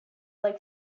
like